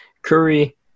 Curry